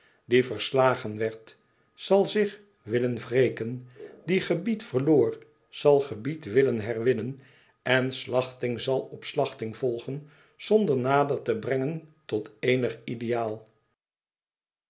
die verslagen werd zal zich willen wreken die gebied verloor zal gebied willen herwinnen en slachting zal op slachting volgen zonder nader te brengen tot éenig ideaal